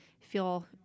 feel